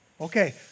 Okay